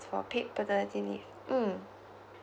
for paid paternity leave mm